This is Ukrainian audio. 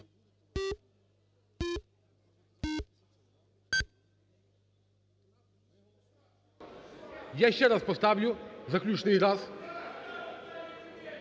Я ще раз поставлю, заключний раз.